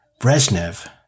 Brezhnev